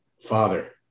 Father